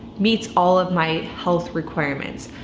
meets all of my health requirements.